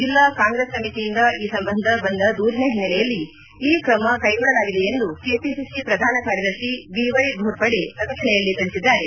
ಜಿಲ್ಲಾ ಕಾಂಗ್ರೆಸ್ ಸಮಿತಿಯಿಂದ ಈ ಸಂಬಂಧ ಬಂದ ದೂರಿನ ಹಿನ್ನೆಲೆಯಲ್ಲಿ ಈ ಕ್ರಮ ಕೈಗೊಳ್ಳಲಾಗಿದೆಯೆಂದು ಕೆಪಿಸಿಸಿ ಪ್ರಧಾನ ಕಾರ್ಯದರ್ಶಿ ಎ ವೈ ಘೋರ್ಪಡೆ ಪ್ರಕಟಣೆಯಲ್ಲಿ ತಿಳಿಸಿದ್ದಾರೆ